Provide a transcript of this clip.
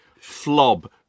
flob